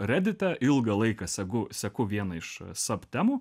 reditą ilgą laiką segu seku vieną iš sub temų